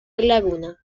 laguna